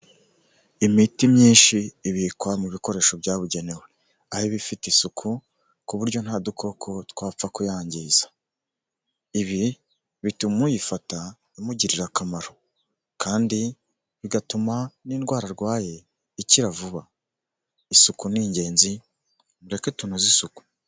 Imiti myinshi ibikwa mu bikoresho byabugenewe, aho iba ifite isuku ku buryo nta dukoko twapfa kuyangiza, ibi bituma uyifata imugirira akamaro kandi bigatuma n'indwara arwaye ikira vuba, isuku ni ingenzi mureke tunoze isuku.